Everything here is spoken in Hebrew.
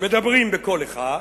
מדברים בקול אחד,